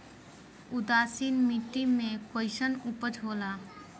उदासीन मिट्टी में कईसन उपज होला?